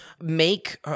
Make